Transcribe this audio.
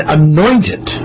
anointed